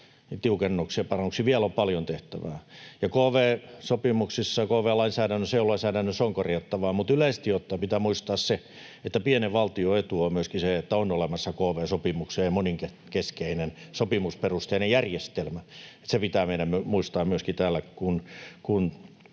tiukennuksia ja parannuksia, mutta vielä on paljon tehtävää. Kv-sopimuksissa, kv-lainsäädännössä ja EU-lainsäädännössä on korjattavaa, mutta yleisesti ottaen pitää muistaa, että pienen valtion etu on myöskin se, että on olemassa kv-sopimuksia ja monenkeskinen sopimusperusteinen järjestelmä. Se pitää meidän muistaa myöskin täällä, kun